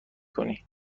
کنی